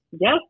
Yes